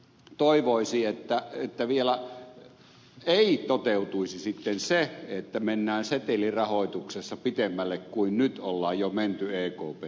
toivoisi että vielä ei toteutuisi sitten se että mennään setelirahoituksessa pitemmälle kuin nyt on jo menty ekpn toimesta